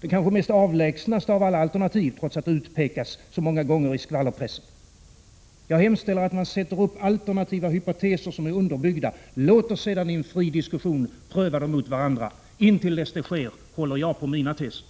det kanske mest avlägsna av alla alternativ trots att det utpekats så många gånger i skvallerpressen? Jag hemställer att man sätter upp alternativa hypoteser som är underbyggda. Låt oss sedan i en fri diskussion pröva dem mot varandra. Intill dess att det sker håller jag på mina teser.